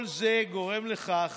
כל זה גורם לכך